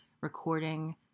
recording